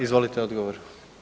Izvolite odgovor.